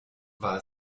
war